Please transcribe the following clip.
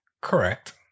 correct